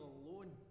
alone